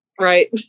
right